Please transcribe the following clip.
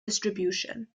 distribution